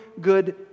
good